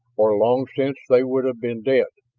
or long since they would have been dead.